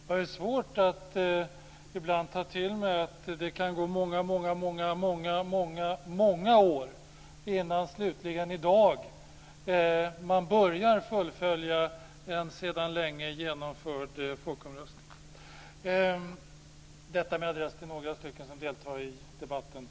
Jag har svårt att ta till mig att det kan gå många många år innan man slutligen, i dag, börjar fullfölja en sedan länge genomförd folkomröstning. Detta, fru talman, förstås med adress till några som deltar i debatten.